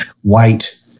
white